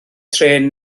trên